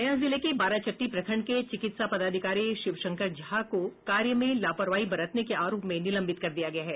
गया जिले के बाराचटटी प्रखंड के चिकित्सा पदाधिकारी शिवशंकर झा को कार्य में लापरवाही बरतने के आरोप में निलंबित कर दिया गया है